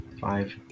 five